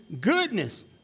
Goodness